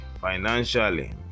financially